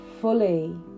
fully